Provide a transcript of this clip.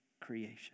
creation